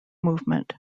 movement